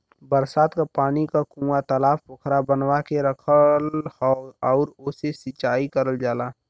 बरसात क पानी क कूंआ, तालाब पोखरा बनवा के रखल हौ आउर ओसे से सिंचाई करल जाला